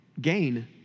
gain